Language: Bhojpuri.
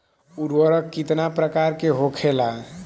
उर्वरक कितना प्रकार के होखेला?